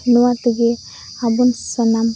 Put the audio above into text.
ᱱᱚᱣᱟᱛᱮᱜᱮ ᱟᱵᱚ ᱥᱟᱱᱟᱢ